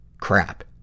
Crap